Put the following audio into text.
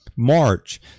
March